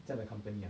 这样的 company ah